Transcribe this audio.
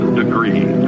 degree